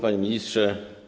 Panie Ministrze!